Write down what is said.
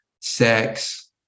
sex